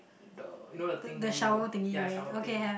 the you know the thing where you ya shower thing